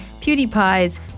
PewDiePie's